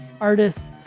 artists